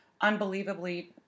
unbelievably